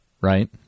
right